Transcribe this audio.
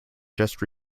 just